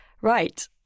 Right